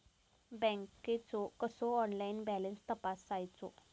बँकेचो कसो online balance तपासायचो?